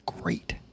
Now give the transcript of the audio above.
great